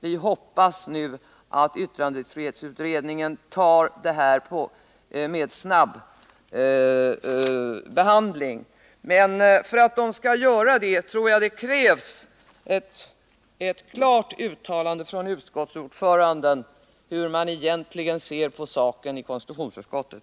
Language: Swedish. Nu hoppas vi att yttrandefrihetsutredningen snabbehandlar frågan, men för att utredningen skall göra detta tror jag att det krävs ett klart uttalande av utskottsordföranden om hur man egentligen ser på saken i konstitutionsutskottet.